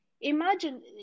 Imagine